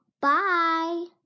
Bye